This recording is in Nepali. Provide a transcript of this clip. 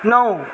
नौ